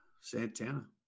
Santana